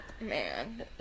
Man